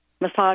massage